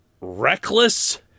reckless